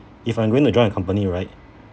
if I'm going to join a company right